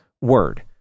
word